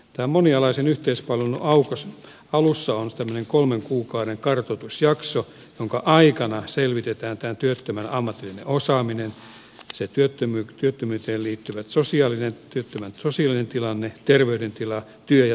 tämän monialaisen yhteispalvelun alussa on tämmöinen kolmen kuukauden kartoitusjakso jonka aikana selvitetään tämän työttömän ammatillinen osaaminen työttömyyteen liittyvä sosiaalinen tilanne terveydentila työ ja toimintakyky